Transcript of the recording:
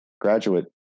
graduate